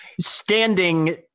standing